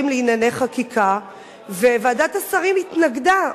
לענייני חקיקה וועדת השרים התנגדה.